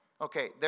Okay